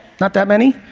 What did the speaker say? not that many.